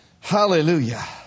Hallelujah